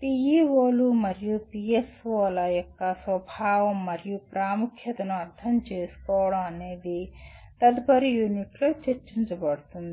PEO లు మరియు PSO ల యొక్క స్వభావం మరియు ప్రాముఖ్యతను అర్థం చేసుకోవడంఅనేది తదుపరి యూనిట్ లో చర్చించబడుతుంది